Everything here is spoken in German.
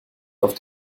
auf